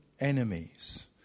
enemies